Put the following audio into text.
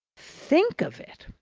think of it!